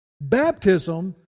baptism